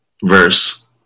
verse